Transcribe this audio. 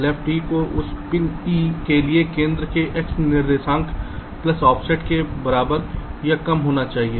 left e को उस pin e के लिए केंद्र के x निर्देशांक प्लस ऑफसेट के बराबर या कम होना चाहिए